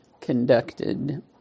conducted